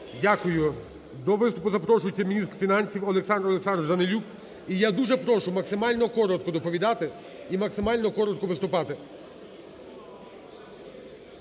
Дякую. До слова запрошується міністр фінансів Олександр Олександрович Данилюк, і я дуже прошу максимально коротко доповідати і максимально коротко виступати.